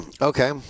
Okay